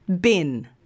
bin